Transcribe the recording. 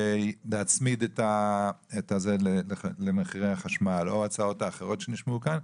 להצמיד למחירי החשמל או ההצעות האחרות שנשמעו כאן,